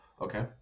Okay